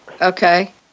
okay